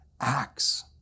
acts